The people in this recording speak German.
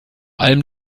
allem